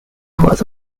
was